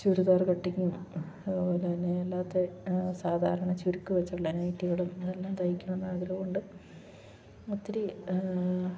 ചുരിദാർ കട്ടിങ്ങും അത് തന്നെ അല്ലാത്ത സാധാരണ ചുരുക്ക് വച്ചുള്ള നൈറ്റികളും ഇതെല്ലാം തയ്കണമെന്ന് ആഗ്രഹം ഉണ്ട് ഒത്തിരി